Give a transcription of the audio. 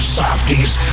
softies